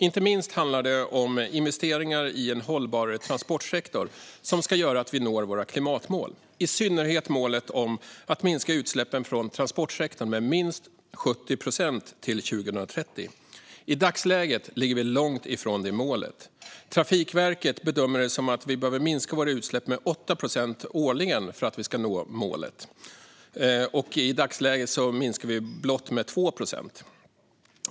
Inte minst handlar det om investeringar i en hållbar transportsektor som ska göra att vi når våra klimatmål, i synnerhet målet om att minska utsläppen från transportsektorn med minst 70 procent till 2030. I dagsläget ligger vi långt från detta mål. Trafikverket bedömer att vi behöver minska våra utsläpp med 8 procent årligen för att nå målet. I dagsläget minskar vi utsläppen med blott 2 procent.